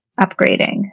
upgrading